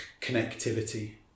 connectivity